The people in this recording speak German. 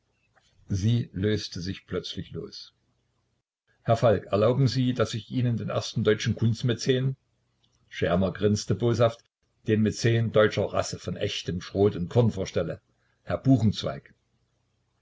sie löste sich plötzlich los herr falk sie erlauben daß ich ihnen den ersten deutschen kunstmäzen schermer grinste boshaft den mäzen deutscher rasse von echtem schrot und korn vorstelle herr buchenzweig